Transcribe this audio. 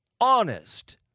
honest